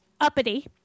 uppity